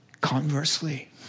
conversely